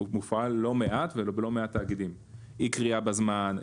זה הופעל לא מעט וגם בלא מעט תאגידים אי קריאה בזמן,